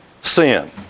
sin